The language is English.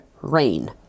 rain